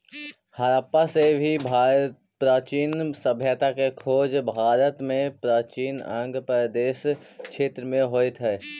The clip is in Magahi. हडप्पा से भी प्राचीन सभ्यता के खोज भारत में प्राचीन अंग प्रदेश क्षेत्र में होइत हई